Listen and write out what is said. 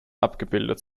abgebildet